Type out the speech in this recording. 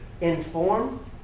inform